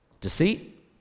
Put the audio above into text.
Deceit